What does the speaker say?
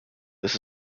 this